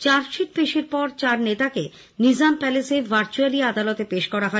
chargesheet পেশের পর চার নেতাকে নিজাম প্যালেসে ভার্চুয়ালি আদালতে পেশ করা হয়